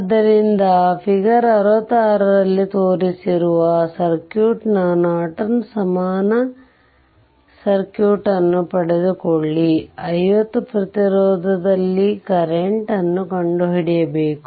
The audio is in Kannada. ಆದ್ದರಿಂದ ಫಿಗರ್ ಆರ್ 66 ರಲ್ಲಿ ತೋರಿಸಿರುವ ಸರ್ಕ್ಯೂಟ್ನ ನಾರ್ಟನ್ ಸಮಾನ ಸರ್ಕ್ಯೂಟ್ ಅನ್ನು ಪಡೆದುಕೊಳ್ಳಿ 50 ಪ್ರತಿರೋಧದಲ್ಲಿ ಕರೆಂಟ್ ನ್ನು ಕಂಡುಹಿಡಿಯಬೇಕು